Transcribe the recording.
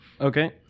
Okay